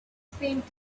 spent